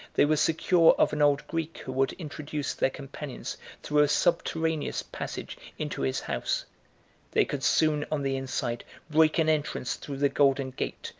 they were secure of an old greek, who would introduce their companions through a subterraneous passage into his house they could soon on the inside break an entrance through the golden gate,